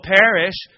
perish